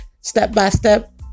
step-by-step